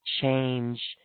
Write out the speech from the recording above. change